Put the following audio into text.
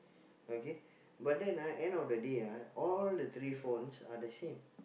okay but then ah end of the day ah all the three phones are the same